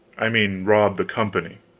i mean rob the company.